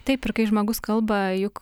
taip ir kai žmogus kalba juk